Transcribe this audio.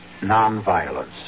nonviolence